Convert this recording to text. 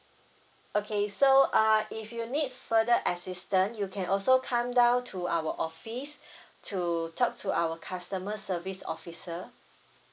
okay so uh if you need further assistant you can also come down to our office to talk to our customer service officer